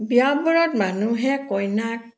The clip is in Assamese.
বিয়াবোৰত মানুহে কইনাক